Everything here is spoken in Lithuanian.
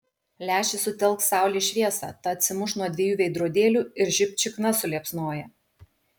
lęšis sutelks saulės šviesą ta atsimuš nuo dviejų veidrodėlių ir žibt šikna suliepsnoja